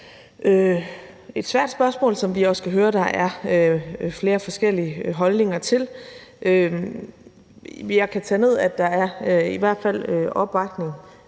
et svært spørgsmål, som vi også kan høre der er flere forskellige holdninger til. Jeg kan tage ned, at der i hvert fald er opbakning